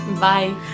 Bye